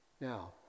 Now